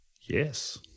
Yes